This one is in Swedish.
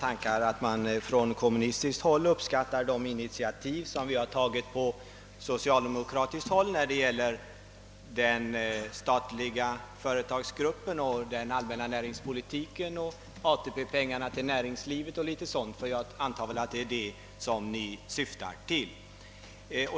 Herr talman! Från kommunistiskt håll uppskattar man tydligen de initiativ som vi socialdemokrater har tagit när det gäller den statliga företagsgruppen, den allmänna näringspolitiken, ATP pengarna till näringslivet och dylikt jag antar att det är sådant ni syftar på.